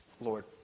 Lord